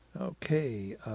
Okay